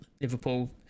Liverpool